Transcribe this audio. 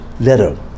letter